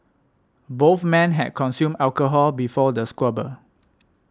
both men had consumed alcohol before the squabble